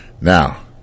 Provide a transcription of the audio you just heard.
Now